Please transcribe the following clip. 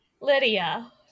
Lydia